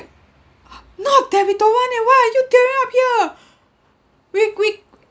not that we don't want eh why are you tearing up here we we